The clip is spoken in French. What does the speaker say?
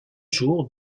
jours